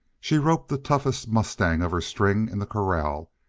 she roped the toughest mustang of her string in the corral,